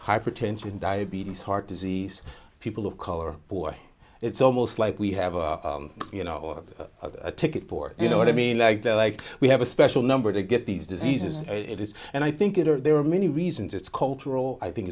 hypertension diabetes heart disease people of color poor it's almost like we have a you know or a ticket for you know what i mean like they're like we have a special number to get these diseases it is and i think it or there are many reasons it's cultural i think